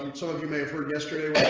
um some of you may have heard yesterday.